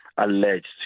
alleged